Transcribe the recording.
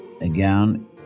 again